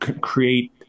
create